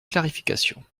clarification